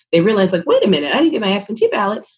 they realize like, wait a minute, i don't get my absentee ballot,